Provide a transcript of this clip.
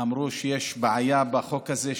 אמרו שיש בעיה בחוק הזה,